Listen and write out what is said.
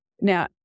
Now